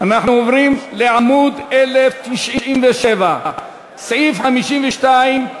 אנחנו עוברים לעמוד 1097, סעיף 52,